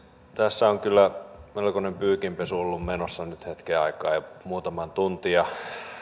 tässä on kyllä melkoinen pyykinpesu ollut menossa nyt hetken aikaa kun muutama tunti